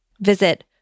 Visit